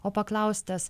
o paklaustas